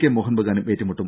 K Mohun ബഗാനും ഏറ്റുമുട്ടും